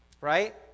right